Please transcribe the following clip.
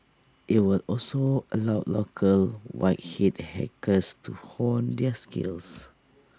IT would also allow local white hat hackers to hone their skills